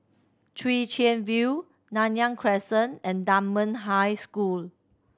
Chwee Chian View Nanyang Crescent and Dunman High School